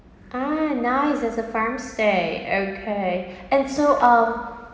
ah nice there's a farmstay okay and so um